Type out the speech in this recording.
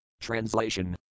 Translation